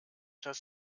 das